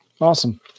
Awesome